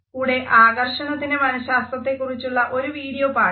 കൂടെ ആകർഷണത്തിന്റെ മനഃശാസ്ത്രത്തെക്കുറിച്ചുള്ള ഒരു വീഡിയോ പാഠവും